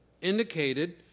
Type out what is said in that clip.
indicated